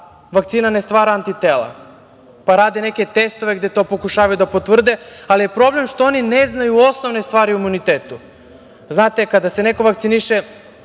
vakcina ne stvara antitela, pa rade neke testove gde to pokušavaju da potvrde, ali je problem što oni ne znaju osnovne stvari o imunitetu. Znate, kada se neko vakciniše